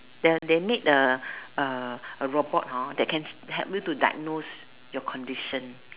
there they make the robot hor that can help you to diagnose your condition